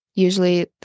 Usually